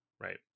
right